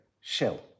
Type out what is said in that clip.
Shell